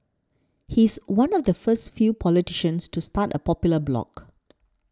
he's one of the first few politicians to start a popular blog